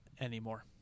anymore